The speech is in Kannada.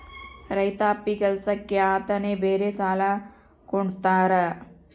ರೈತಾಪಿ ಕೆಲ್ಸಕ್ಕೆ ಅಂತಾನೆ ಬೇರೆ ಸಾಲ ಕೊಡ್ತಾರ